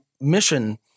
mission